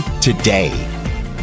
today